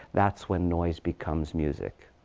that's when noise becomes music.